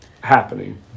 happening